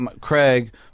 Craig